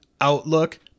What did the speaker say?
Outlook